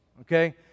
Okay